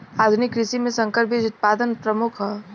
आधुनिक कृषि में संकर बीज उत्पादन प्रमुख ह